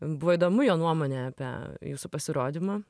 buvo įdomu jo nuomonė apie jūsų pasirodymą